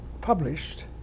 published